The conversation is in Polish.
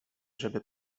żeby